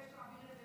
אבקש להעביר את זה